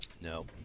No